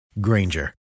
Granger